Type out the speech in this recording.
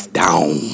down